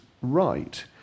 right